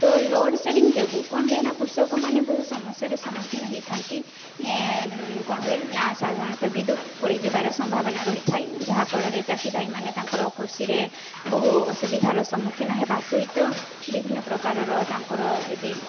ତ load shedding ଯୋଗୁ କ'ଣ ହୁଏ ନା କୃଷକମାନେ ବହୁ ସମସ୍ୟାର ସମ୍ମୁଖୀନ ହେଇଥାନ୍ତି କ'ଣ ହୁଏ ନା ସାଧାରଣତଃ ବିଦ୍ୟୁତ୍ ପୋଡ଼ି ଯିବାର ସମ୍ଭାବନା ରହିଥାଏ ଯାହାଫଳରେ ଚାଷୀ ଭାଇମାନେ ତାଙ୍କର କୃଷିରେ ବହୁ ଅସୁବିଧାର ସମ୍ମୁଖୀନ ହେବା ସହିତ ବିଭିନ୍ନ ପ୍ରକାରର ତାଙ୍କର ଯଦି